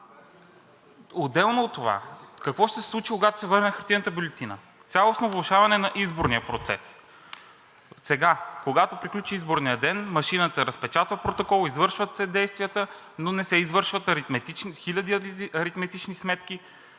Отделно от това, какво ще се случи, когато се върне хартиената бюлетина? Цялостно влошаване на изборния процес! Сега, когато приключи изборният ден, машината разпечатва протокола, извършват се действията, но не се извършват хиляди аритметични сметки